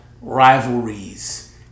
rivalries